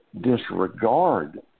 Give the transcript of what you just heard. disregard